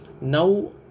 Now